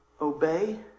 obey